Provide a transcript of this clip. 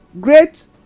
Great